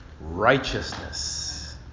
righteousness